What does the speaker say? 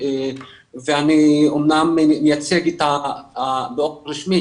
ואני אמנם מייצג באופן רשמי